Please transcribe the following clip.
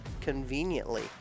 conveniently